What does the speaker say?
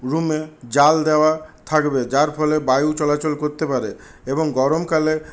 রুমে জাল দেওয়া থাকবে যার ফলে বায়ু চলাচল করতে পারে এবং গরমকালে